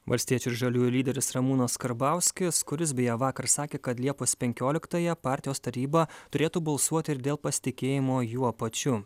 valstiečių ir žaliųjų lyderis ramūnas karbauskis kuris beje vakar sakė kad liepos penkioliktąją partijos taryba turėtų balsuoti ir dėl pasitikėjimo juo pačiu